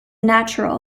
natural